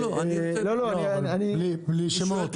בלי שמות.